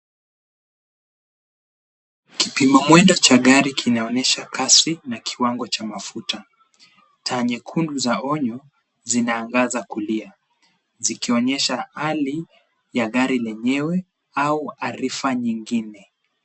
Kipima mwendo cha gari kinaonyesha kasi na kiwango cha mafuta. Taa nyekundu za onyo zinaangaza kulia zikionyesha hali ya gari lenyewe au arifa nyingine.